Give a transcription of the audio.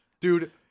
Dude